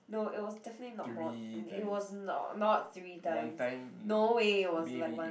no it was definitely not more it was not not three times no way it was like one